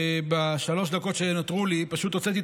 בשלוש הדקות שנותרו לי: פשוט הוצאתי